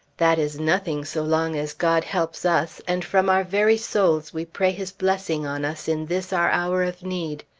that is nothing, so long as god helps us, and from our very souls we pray his blessing on us in this our hour of need.